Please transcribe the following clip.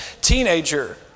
teenager